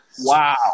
wow